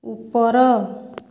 ଉପର